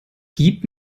gib